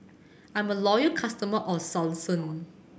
I'm a loyal customer of Selsun